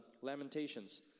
Lamentations